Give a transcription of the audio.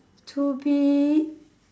to be